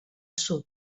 sud